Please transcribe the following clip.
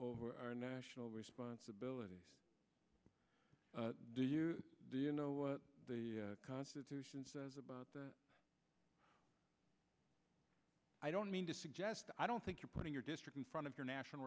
of our national responsibility do you do you know what the constitution says about the i don't mean to suggest i don't think you're putting your district in front of your national